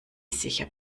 sicher